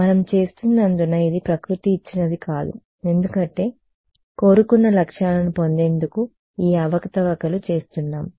మనం చేస్తున్నందున ఇది ప్రకృతి ఇచ్చినది కాదు ఎందుకంటే కోరుకున్న లక్ష్యాలను పొందేందుకు ఈ అవకతవకలు చేస్తున్నాం